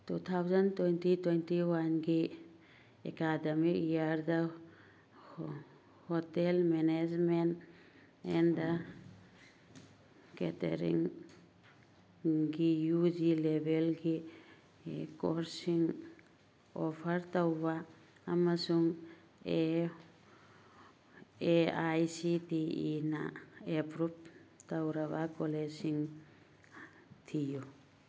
two thousand twenty twenty ꯋꯥꯟꯒꯤ academic ꯏꯌꯥꯔꯗ hotel management and ꯀꯦꯇꯔꯤꯡꯒꯤ ꯌꯨ ꯖꯤ ꯂꯦꯕꯦꯜꯒꯤ ꯀꯣꯔꯁꯁꯤꯡ ꯑꯣꯐꯔ ꯇꯧꯕ ꯑꯃꯁꯨꯡ A A I C T ꯏꯅ ꯑꯦꯄ꯭ꯔꯨꯞ ꯇꯧꯔꯕ ꯀꯣꯂꯦꯖꯁꯤꯡ ꯊꯤꯌꯨ